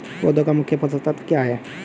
पौधे का मुख्य पोषक तत्व क्या हैं?